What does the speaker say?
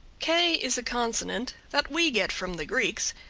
k is a consonant that we get from the greeks,